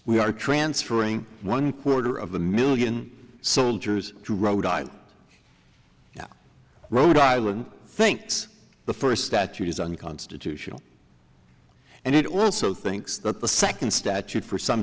we are transferring one quarter of a million soldiers to rhode island rhode island thinks the first statute is unconstitutional and it also thinks that the second statute for some